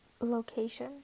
Location